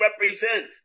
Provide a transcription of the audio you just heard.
represent